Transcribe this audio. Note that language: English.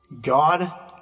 God